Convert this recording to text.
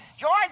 George